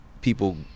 people